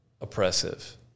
oppressive